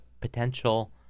potential